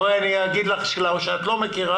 בוא אני אגיד לך שאת לא מכירה,